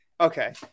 Okay